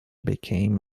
became